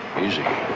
easy.